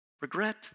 Regret